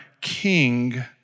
king